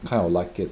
kind of like it